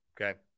Okay